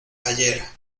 ayer